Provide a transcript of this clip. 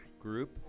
group